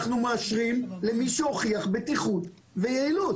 אנחנו מאשרים למי שהוכיח בטיחות ויעילות.